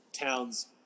Towns